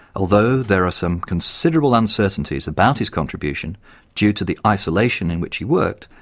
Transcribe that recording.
although there are some considerable uncertainties about his contribution due to the isolation in which he worked,